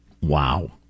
wow